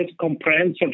comprehensive